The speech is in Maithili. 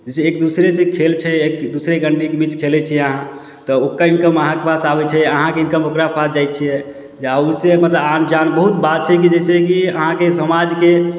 जैसे एक दूसरे से खेल छै एक दोसर कंट्रीके बीच खेलै छियै अहाँ तऽ ओकर इनकम अहाँके पास आबै छै अहाँके इनकम ओकरा पास जाइ छै जाहु सऽ मतलब आन जान बहुत बात छै की जैसेकि अहाँके समाजके